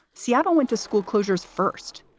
seattle went to school closures first.